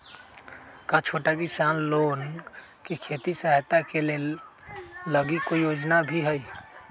का छोटा किसान लोग के खेती सहायता के लगी कोई योजना भी हई?